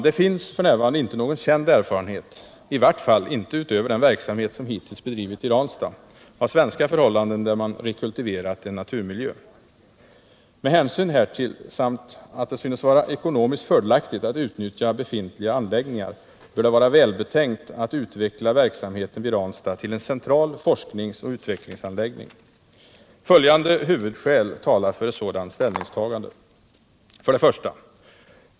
Det finns f. n. inte någon känd erfarenhet — i vart fall inte utöver den verksamhet som hittills bedrivits i Ranstad — av svenska förhållanden där man rekultiverat en naturmiljö. Med hänsyn härtill samt att det synes vara ekonomiskt fördelaktigt att utnyttja befintliga anläggningar, bör det vara välbetänkt att utveckla verksamheten vid Ranstad till en central forskningsoch utvecklingsanläggning. Följande huvudskäl talar för ett sådant ställningstagande: 1.